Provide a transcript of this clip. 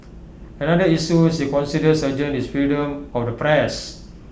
another issue she considers urgent is freedom of the press